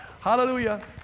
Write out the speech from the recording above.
Hallelujah